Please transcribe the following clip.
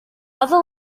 other